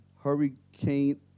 Hurricane